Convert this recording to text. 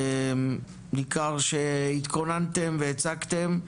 ניכר שהתכוננתם והצגתם,